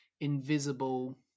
Invisible